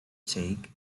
take